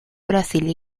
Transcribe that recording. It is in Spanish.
brasil